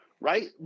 Right